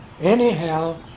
Anyhow